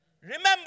Remember